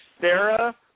Sarah